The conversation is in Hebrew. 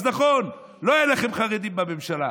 אז נכון, לא היו לכם חרדים בממשלה,